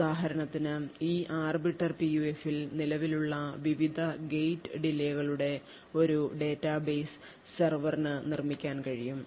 ഉദാഹരണത്തിന് ഈ Arbiter PUF ൽ നിലവിലുള്ള വിവിധ ഗേറ്റ് dalay യുടെ ഒരു ഡാറ്റാബേസ് സെർവറിന് നിർമ്മിക്കാൻ കഴിയും